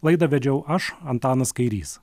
laidą vedžiau aš antanas kairys